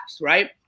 right